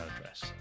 address